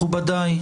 מכובדי.